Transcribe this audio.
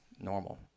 normal